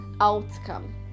outcome